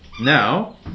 Now